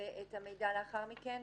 את המידע לאחר מכן.